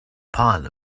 pile